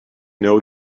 know